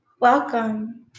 welcome